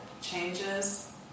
changes